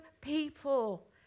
people